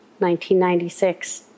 1996